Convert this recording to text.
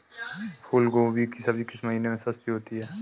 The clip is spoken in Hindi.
फूल गोभी की सब्जी किस महीने में सस्ती होती है?